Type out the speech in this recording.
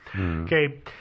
Okay